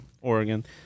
Oregon